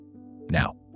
now